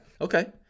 Okay